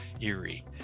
eerie